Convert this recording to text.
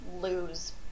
lose